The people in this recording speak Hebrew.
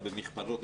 אבל במכפלות,